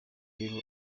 peru